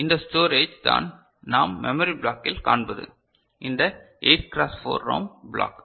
இந்த ஸ்டோரேஜ் தான் நாம் மெமரி பிளாக்கில் காண்பது இந்த 8 கிராஸ் 4 ரோம் பிளாக்